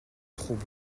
trop